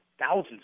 thousands